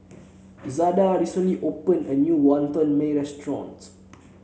Zada recently opened a new Wantan Mee restaurant